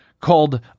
called